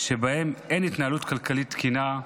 שבהן אין התנהלות כלכלית תקינה.